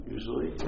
Usually